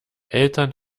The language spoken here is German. eltern